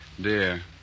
Dear